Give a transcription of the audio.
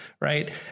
right